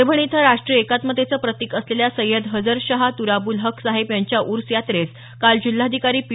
परभणी इथं राष्ट्रीय एकात्मतेचं प्रतिक असलेल्या सय्यद हजर शाह तुराबूल हक्क साहेब यांच्या ऊर्स यात्रेस काल जिल्हाधिकारी पी